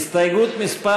הסתייגות מס'